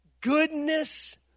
goodness